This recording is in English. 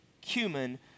cumin